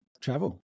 travel